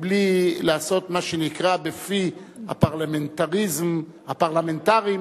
מבלי לעשות מה שנקרא בפי הפרלמנטרים פיליבסטר,